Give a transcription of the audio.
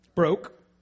Broke